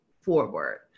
forward